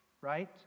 Right